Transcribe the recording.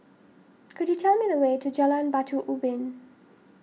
could you tell me the way to Jalan Batu Ubin